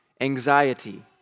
anxiety